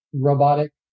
robotic